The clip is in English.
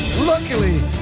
Luckily